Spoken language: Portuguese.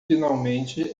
finalmente